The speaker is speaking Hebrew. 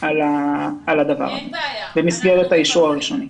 על הדבר הזה, במסגרת האישור הראשוני.